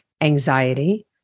anxiety